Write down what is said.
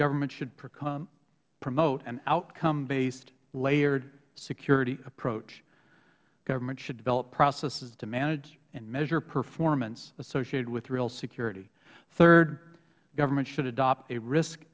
government should promote an outcome based layered security approach government should develop processes to manage and measure performance associated with real security third government should adopt a risk